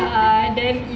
then